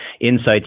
insights